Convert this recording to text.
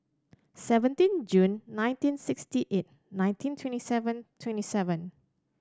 seventeen June nineteen sixty eight nineteen twenty seven twenty seven